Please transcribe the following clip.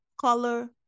color